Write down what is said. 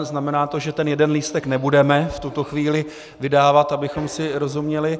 Znamená to, že ten jeden lístek nebudeme v tuto chvíli vydávat, abychom si rozuměli.